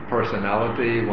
personality